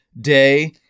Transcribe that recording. day